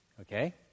okay